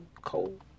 Cold